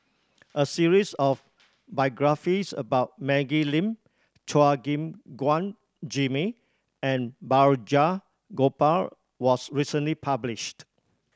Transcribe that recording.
a series of biographies about Maggie Lim Chua Gim Guan Jimmy and Balraj Gopal was recently published